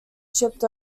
shipped